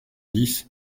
dix